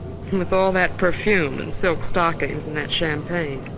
and with all that perfume, and silk stockings, and that champagne.